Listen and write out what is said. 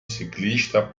ciclista